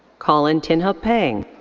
colin tinhup peng.